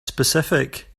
specific